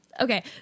Okay